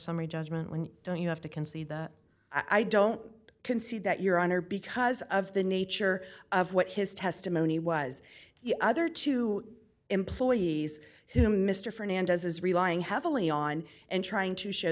summary judgment when you don't you have to concede that i don't concede that your honor because of the nature of what his testimony was the other two employees him mr fernandez is relying heavily on and trying to show